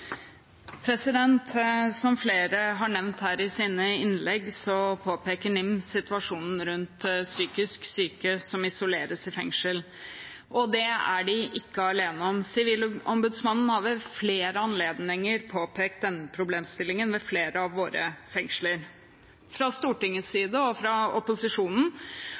psykisk syke som isoleres i fengsel, og det er de ikke alene om. Sivilombudsmannen har ved flere anledninger påpekt problemstillingen ved flere av våre fengsler. Fra Stortingets side, fra opposisjonen,